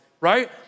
right